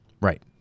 Right